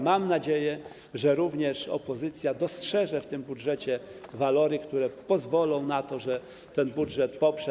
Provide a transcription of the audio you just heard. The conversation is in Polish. Mam nadzieję, że również opozycja dostrzeże w tym budżecie walory, które pozwolą na jego poparcie.